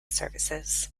services